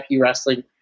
Wrestling